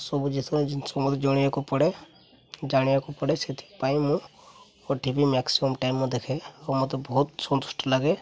ସବୁ ଦେଶର ଜିନିଷ ମୋତେ ଜଣେଇବାକୁ ପଡ଼େ ଜାଣିବାକୁ ପଡ଼େ ସେଥିପାଇଁ ମୁଁ ଓ ଟିଭି ମ୍ୟାକ୍ସିମମ୍ ଟାଇମ୍ ଦେଖେ ଆଉ ମୋତେ ବହୁତ ସନ୍ତୁଷ୍ଟ ଲାଗେ